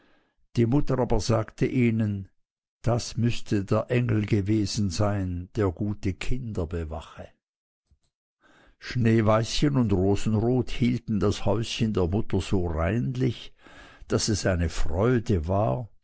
die mutter aber sagte ihnen das müßte der engel gewesen sein der gute kinder bewache schneeweißchen und rosenrot hielten das hüttchen der mutter so reinlich daß es eine freude war